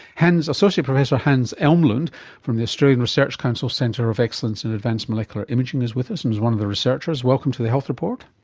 associate professor hans elmlund from the australian research council centre of excellence in advanced molecular imaging is with us and is one of the researchers. welcome to the health report.